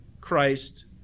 Christ